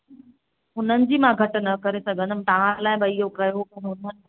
हुननि जी मां घटि न करे सघंदमि तव्हां लाइ भई इहो कयो मां हुननि